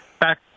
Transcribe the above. back